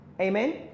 Amen